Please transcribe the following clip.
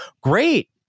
great